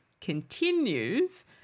continues